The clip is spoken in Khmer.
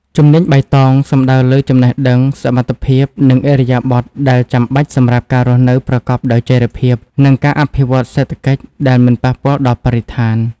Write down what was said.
ជំនាញបៃតងសំដៅលើចំណេះដឹង សមត្ថភាព និងឥរិយាបថដែលចាំបាច់សម្រាប់ការរស់នៅប្រកបដោយចីរភាព និងការអភិវឌ្ឍន៍សេដ្ឋកិច្ចដែលមិនប៉ះពាល់ដល់បរិស្ថាន។